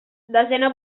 desena